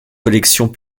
collections